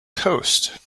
coast